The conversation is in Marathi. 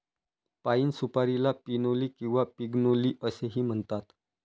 पाइन सुपारीला पिनोली किंवा पिग्नोली असेही म्हणतात